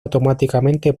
automáticamente